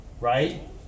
right